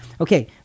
Okay